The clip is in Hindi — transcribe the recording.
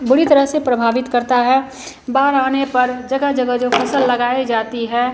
बुरी तरह से प्रभावित करता है बाढ़ आने पर जगह जगह जो फ़सल लगाई जाती है